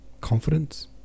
confidence